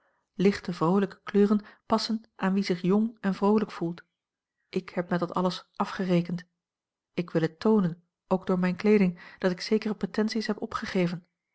lichte vroolijke kleuren passen aan wie zich a l g bosboom-toussaint langs een omweg jong en vroolijk voelt ik heb met dat alles afgerekend ik wil het toonen ook door mijne kleeding dat ik zekere pretensies heb opgegeven